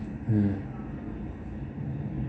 mm